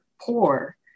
poor